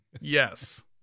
yes